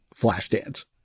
Flashdance